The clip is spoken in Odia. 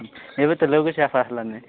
ଏବେ ତ ଲଗେଇ ଚାଷ ହେଲାନି